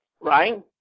Right